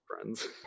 friends